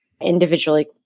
individually